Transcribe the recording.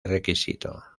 requisito